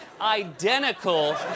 identical